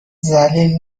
ذلیل